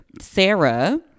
Sarah